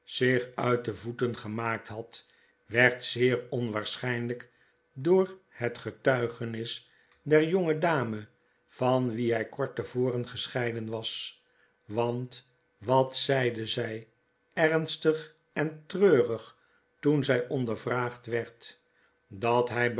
zich uit de voeten gemaakt had werd zeer onwaarschijnlp door het getuigenis der jonge dame van wie hykortte voren gescheiden was want wat zeide zij ernstig en treurig toen zy ondervraagd werd dat hij